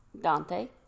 Dante